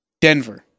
Denver